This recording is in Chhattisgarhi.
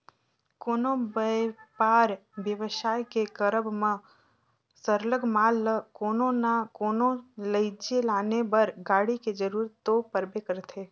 कोनो बयपार बेवसाय के करब म सरलग माल ल कोनो ना कोनो लइजे लाने बर गाड़ी के जरूरत तो परबे करथे